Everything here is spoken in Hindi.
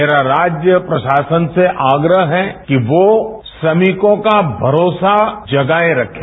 मेरा राज्य प्रशासन से आग्रह है कि वो श्रमिकों का भरोसा जगाए रखे